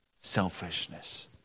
Selfishness